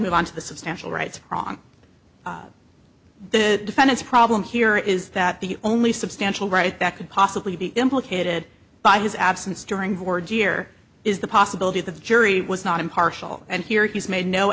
move on to the substantial right or wrong the defendant's problem here is that the only substantial right that could possibly be implicated by his absence during board year is the possibility that the jury was not impartial and here he's made no